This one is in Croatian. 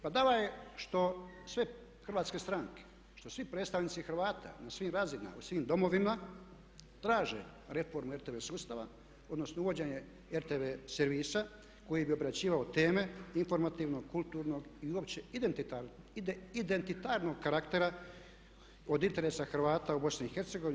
Badava je što sve hrvatske stranke, što svi predstavnici Hrvata na svim razinama u svim domovima traže reformu RTV sustava odnosno uvođenje RTV servisa koji bi obrađivao teme informativnog, kulturnog i uopće identitarnog karaktera od interesa Hrvata u BiH.